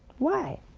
why?